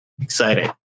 exciting